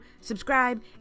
subscribe